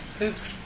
Oops